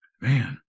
Man